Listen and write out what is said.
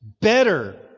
better